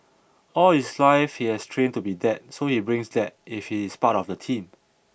all his life he has trained to be that so he brings that if he is part of the team